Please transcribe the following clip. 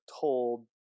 told